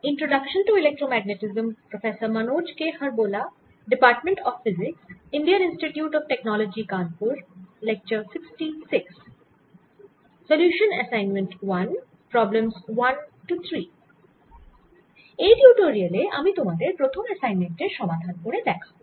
এই টিউটোরিয়ালে আমি তোমাদের প্রথম অ্যাসাইনমেন্ট এর সমাধান করে দেখাব